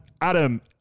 Adam